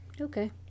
Okay